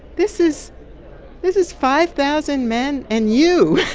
this is this is five thousand men and you.